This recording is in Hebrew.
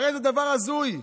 הרי זה דבר הזוי,